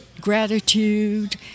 gratitude